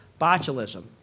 Botulism